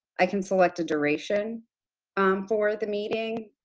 i can select a duration for the meeting.